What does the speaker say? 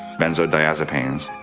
benzodiazepines.